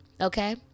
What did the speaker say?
okay